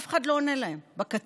אף אחד לא עונה להם בקצה.